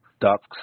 ducks